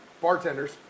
bartenders